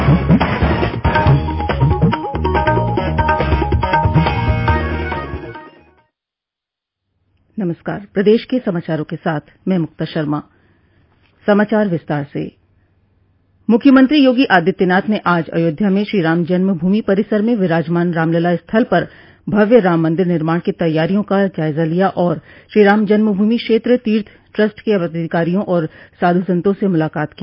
मुख्यमंत्री योगी आदित्यनाथ ने आज अयोध्या में श्रीराम जन्म भूमि परिसर में विराजमान रामलला स्थल पर भव्य राम मंदिर निर्माण को तैयारियों का जायजा लिया और श्रीराम जन्मभूमि क्षेत्र तीर्थ ट्रस्ट के पदाधिकारियों और साधु संतों से मुलाकात की